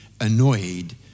annoyed